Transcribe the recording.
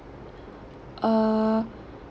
uh